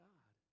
God